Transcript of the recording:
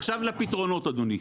עכשיו לפתרונות, אדוני.